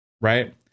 right